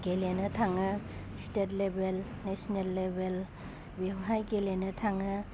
गेलेनो थाङो स्टेट लेबेल नेसनेल लेबेल बेवहाय गेलेनो थाङो